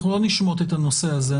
אנחנו לא נשמוט את הנושא הזה.